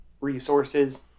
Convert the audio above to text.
resources